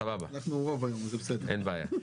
סבבה, אין בעיה.